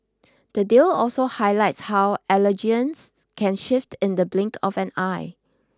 the deal also highlights how allegiances can shift in the blink of an eye